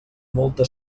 molta